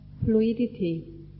fluidity